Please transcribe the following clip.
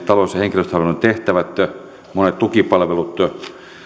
talous ja henkilöstöhallinnon tehtävät monet tukipalvelut